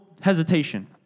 hesitation